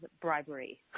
bribery